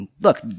look